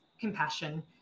compassion